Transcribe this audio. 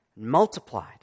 multiplied